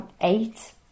eight